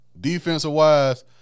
defensive-wise